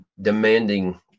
demanding